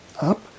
up